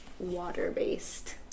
Water-based